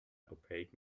opaque